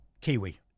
Kiwi